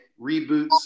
reboots